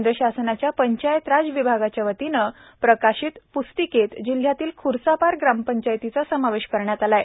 केंद्र शासनाच्या पंचायतराज विभागाच्या वतीने प्रकाशित प्स्तिकेत जिल्ह्यातील ख्र्सापार ग्रामपंचायतीचा समावेश करण्यात आला आहे